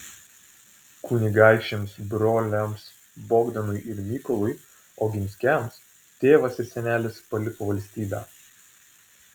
kunigaikščiams broliams bogdanui ir mykolui oginskiams tėvas ir senelis paliko valstybę